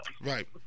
Right